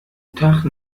تخت